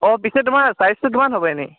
অঁ পিছে তোমাৰ ছাইজটো কিমান হ'ব এনেই